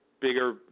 bigger